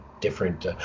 different –